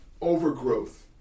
overgrowth